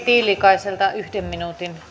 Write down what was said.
tiilikaiselta yhden minuutin